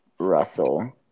Russell